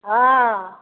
हाँ